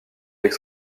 avec